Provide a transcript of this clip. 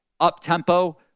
Up-tempo